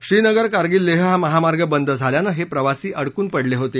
श्रीनगर कारगील लेह हा महामार्ग बंद झाल्यानं हे प्रवासी अडकून पडले होते